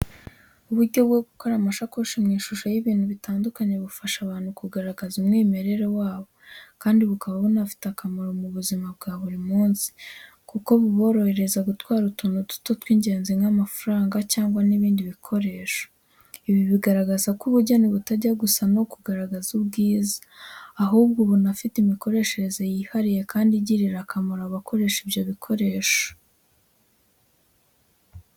Uburyo bwo gukora amasakoshi mu ishusho y’ibintu bitandukanye bufasha abantu kugaragaza umwimerere wabo, kandi bukaba bunafite akamaro mu buzima bwa buri munsi kuko burorohereza gutwara utuntu duto tw'ingenzi nk’amafaranga, cyangwa ibindi bikoresho. Ibi bigaragaza ko ubugeni butajyana gusa no kugaragaza ubwiza, ahubwo bunafite imikoreshereze yihariye kandi igirira akamaro abakoresha ibyo bikoresho.